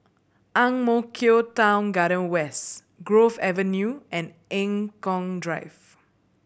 Ang Mo Kio Town Garden West Grove Avenue and Eng Kong Drive